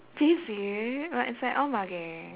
J_C but it's like all mugging